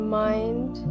mind